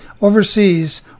overseas